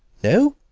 know?